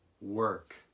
work